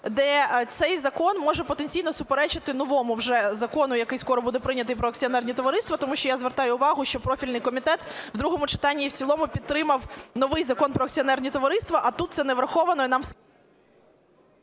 де цей закон може потенційно суперечити новому вже закону, який скоро буде прийнятий, про акціонерні товариства. Тому що я звертаю увагу, що профільний комітет в другому читанні і в цілому підтримав новий Закон про акціонерні товариства, а тут це не враховано і нам…